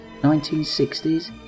1960s